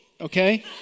Okay